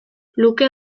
luke